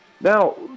Now